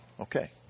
Okay